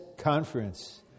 conference